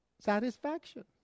Satisfaction